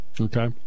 Okay